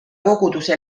koguduse